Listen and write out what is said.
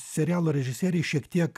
serialo režisierei šiek tiek